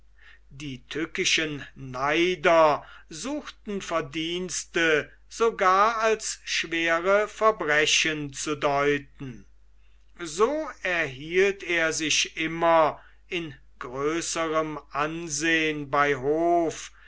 die tückischen neider suchten verdienste sogar als schwere verbrechen zu deuten so erhielt er sich immer in größerem ansehn bei hof